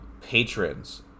Patrons